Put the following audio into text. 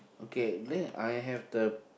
okay then I have the